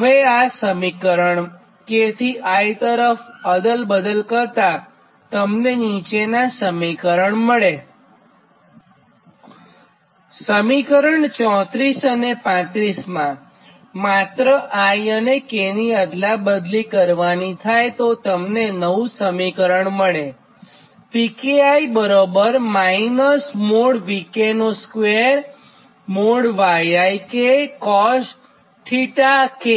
હવે આ સમીકરણમાં k થી i અદલ બદલ કરતાં તમને નીચેનાં સમીકરણ મળે સમીકરણ 34 અને 35 માં માત્ર i અને k ની અદલા બદલી કરવાની થાયતો તમને નવું સમીકરણ મળે આ સમીકરણ 36 અને 37 છે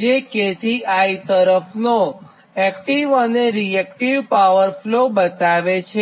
જે k થી i તરફનો એક્ટીવ અને રીએક્ટીવ પાવર ફ્લો બતાવે છે